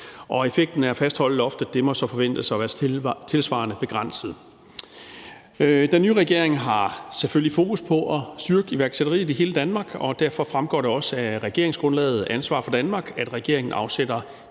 og effekten af at fastholde loftet må så forventes at være tilsvarende begrænset. Den nye regering har selvfølgelig fokus på at styrke iværksætteriet i hele Danmark, og derfor fremgår det også af regeringsgrundlaget »Ansvar for Danmark«, at regeringen afsætter